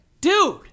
dude